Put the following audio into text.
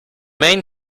main